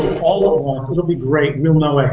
all all at once. it'll be great. we'll know like